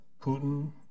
Putin